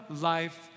life